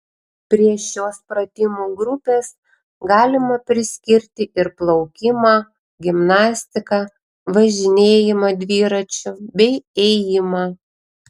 prie šios pratimų grupės galima priskirti ir plaukimą gimnastiką važinėjimą dviračiu bei ėjimą